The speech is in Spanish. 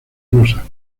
rosa